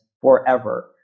forever